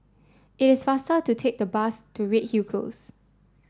it is faster to take a bus to Redhill Close